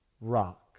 rock